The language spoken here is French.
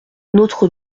notre